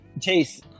Chase